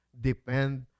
depend